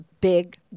big